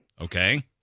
Okay